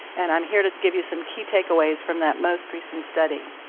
and i'm here to give you some key take-aways from that most recent study.